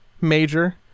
major